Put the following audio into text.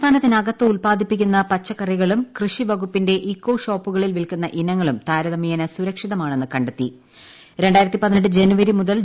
സംസ്ഥാനത്തിനകത്ത് ഉൽപ്പാദിപ്പിക്കുന്ന പച്ചക്കറികളും കൃഷി വകുപ്പിന്റെ ഇക്കോ ഷോപ്പുകളിൽ വിൽക്കുന്ന ഇനങ്ങളും താരതമ്യേന സുരക്ഷിതമാണെന്നാണ് കണ്ടെത്തൽ